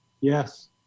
Yes